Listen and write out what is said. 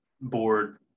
board